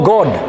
God